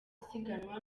isiganwa